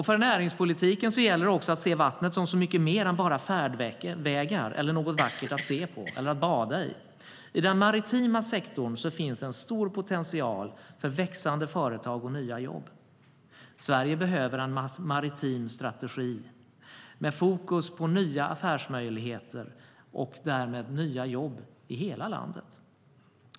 För näringspolitiken gäller det att se vattnet som så mycket mer än bara färdvägar eller något vackert att se på eller att bada i.I den maritima sektorn finns en stor potential för växande företag och nya jobb. Sverige behöver en maritim strategi med fokus på nya affärsmöjligheter och därmed nya jobb i hela landet.